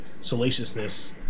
salaciousness